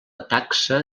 taxa